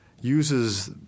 uses